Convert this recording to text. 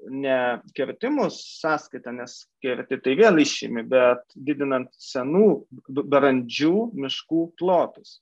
ne kirtimų sąskaita nes kerti tai vėl išimi bet didinant senų brandžių miškų plotus